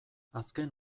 azken